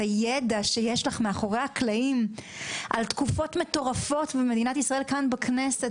הידע שיש לך מאחורי הקלעים על תקופות מטורפות במדינת ישראל כאן בכנסת